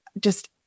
just-